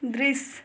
दृश्य